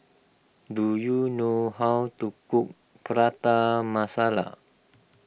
do you know how to cook Prata Masala